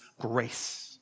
grace